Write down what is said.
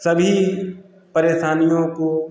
सभी परेशानियों को